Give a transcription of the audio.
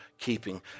keeping